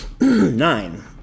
Nine